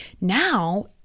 now